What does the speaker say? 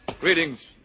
Greetings